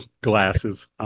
glasses